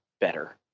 better